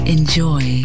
Enjoy